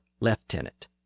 lieutenant